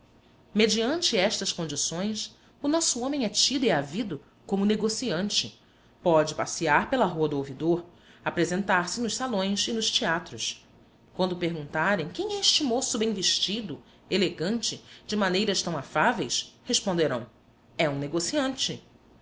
mediante estas condições o nosso homem é tido e havido como negociante pode passear pela rua do ouvidor apresentar-se nos salões e nos teatros quando perguntarem quem é este moço bem vestido elegante de maneiras tão afáveis responderão é um negociante